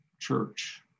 church